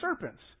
serpents